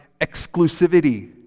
exclusivity